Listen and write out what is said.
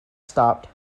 stopped